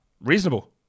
Reasonable